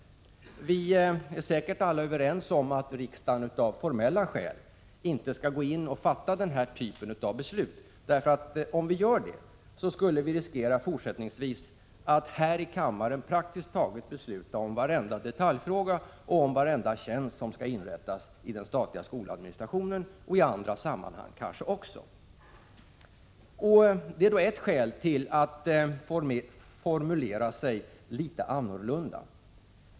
Vi är säkert alla överens om att riksdagen av formella skäl inte skall gå in och fatta den typen av beslut. Om vi gör det, skulle vi riskera att fortsättningsvis här i kammaren få besluta om praktiskt taget varenda detaljfråga och varenda tjänst som skall inrättas av den statliga skoladministrationen och kanske också i andra sammanhang. Det är ett skäl till att formulera sig litet annorlunda.